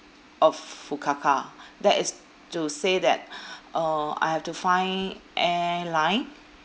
of fukuoka that is to say that uh I have to find airline